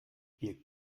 ihr